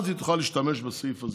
אז היא תוכל להשתמש בסעיף הזה.